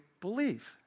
believe